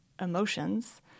emotions